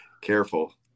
Careful